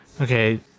Okay